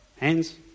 Hands